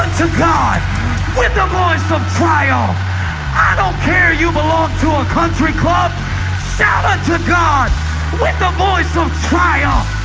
to god with the voice of trial i don't care you belong to a country club shout out to god with the voice of trial